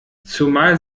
zumal